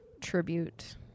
tribute